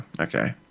Okay